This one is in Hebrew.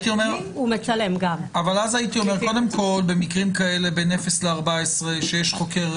קודם כול, במקרים כאלה בין אפס ל-14, כשיש חוקר